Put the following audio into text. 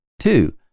Two